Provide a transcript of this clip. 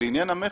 לעניין המכס,